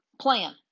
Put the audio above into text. plan